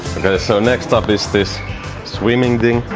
so next up is this swimming thing